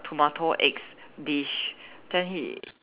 tomato eggs dish then he